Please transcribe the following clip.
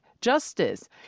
justice